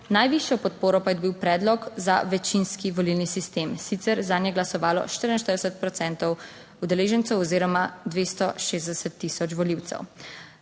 Najvišjo podporo pa je bil predlog za večinski volilni sistem. Sicer zanj je glasovalo 44 procentov udeležencev oziroma 260000 volivcev.